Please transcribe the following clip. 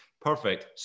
perfect